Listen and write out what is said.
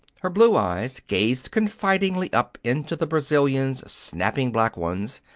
her blue eyes gazed confidingly up into the brazilian's snapping black ones,